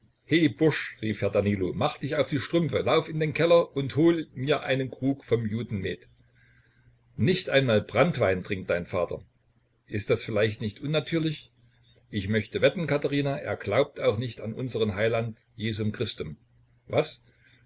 rief herr danilo mach dich auf die strümpfe lauf in den keller und hol mir einen krug vom judenmet nicht einmal branntwein trinkt dein vater ist das vielleicht nicht unnatürlich ich möchte wetten katherina er glaubt auch nicht an unsern heiland jesum christum was